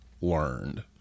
learned